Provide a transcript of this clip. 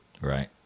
Right